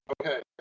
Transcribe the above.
okay